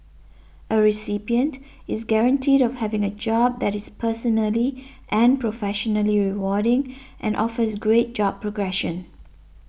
a recipient is guaranteed of having a job that is personally and professionally rewarding and offers great job progression